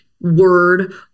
word